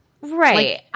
Right